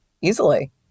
Easily